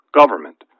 government